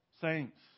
Saints